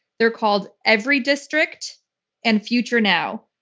they're called everydistrict and future now.